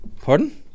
Pardon